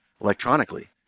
electronically